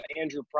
Andrew